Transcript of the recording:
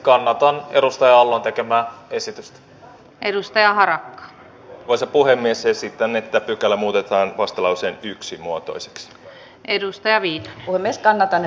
kannatan edustaja uotilan tekemää esitystä edustajamäärä voisi puhemiesesitän että pykälä muutetaan vastalauseen yksimuotoiset edustaviin lumesta naton